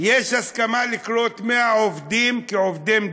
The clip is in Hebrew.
יש הסכמה לקלוט 100 עובדים כעובדי מדינה.